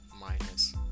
minus